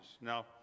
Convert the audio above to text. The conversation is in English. Now